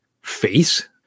face